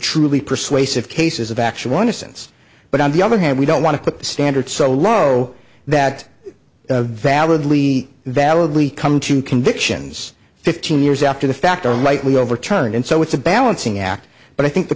truly persuasive cases of actually want to since but on the other hand we don't want to put the standards so low that a valid lee validly come to convictions fifteen years after the fact or lightly overturned and so it's a balancing act but i think the